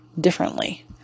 differently